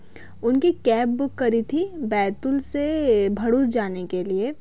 उनकी cab book करी थी बैतुल से भड़ूस जाने के लिए